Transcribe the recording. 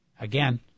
Again